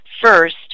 first